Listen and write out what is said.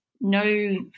no